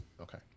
Okay